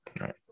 right